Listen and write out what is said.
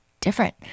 different